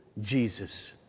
Jesus